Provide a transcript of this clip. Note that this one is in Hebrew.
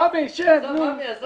עמי, תשב, נו.